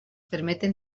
permeten